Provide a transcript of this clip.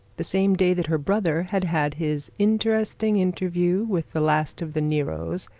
the same day that her brother, had had his interesting interview with the last of the neros,